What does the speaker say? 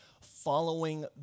following